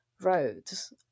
roads